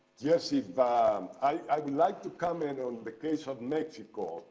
yes, if i i'd like to comment on the case of mexico,